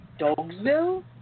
Dogsville